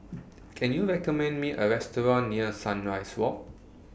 Can YOU recommend Me A Restaurant near Sunrise Walk